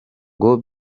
ngo